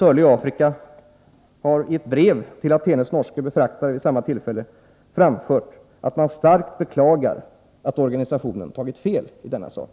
Organisationen har i ett brev till Athenes norske befraktare vid samma tillfälle framfört att man djupt beklagar att organisationen tagit fel i denna sak.